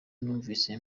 numvise